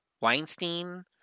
Weinstein